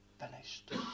Finished